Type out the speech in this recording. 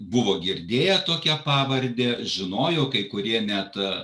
buvo girdėję tokią pavardę žinojo kai kurie net